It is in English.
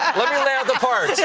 let me lay out the parts. yeah